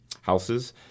houses